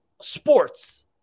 sports